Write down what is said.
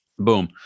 boom